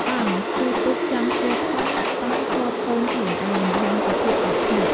អង់ គឺទូកចង់ស៊ីខុនតែជាប់កូនខ្លួនឯង បង្ហាញពីភាពអត់ធ្មត់។